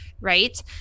right